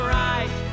right